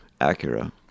acura